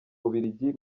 bubiligi